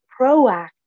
proactive